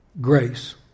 Grace